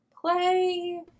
play